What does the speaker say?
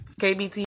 KBT